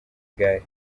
igare